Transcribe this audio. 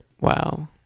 Wow